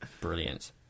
Brilliant